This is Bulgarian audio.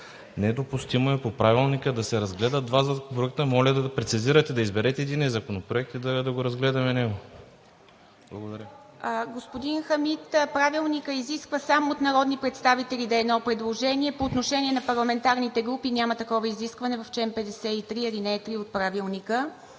Недопустимо е по Правилника да се разгледат два законопроекта. Моля да прецизирате, да изберете единия законопроект и да го разгледаме него. Благодаря. ПРЕДСЕДАТЕЛ ИВА МИТЕВА: Господин Хамид, Правилникът изисква само от народни представители да е едно предложение. По отношение на парламентарните групи няма такова изискване в чл. 53, ал. 3 от Правилника.